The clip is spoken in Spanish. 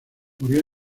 murió